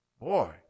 Boy